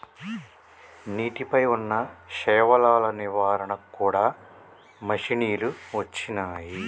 నీటి పై వున్నా శైవలాల నివారణ కూడా మషిణీలు వచ్చినాయి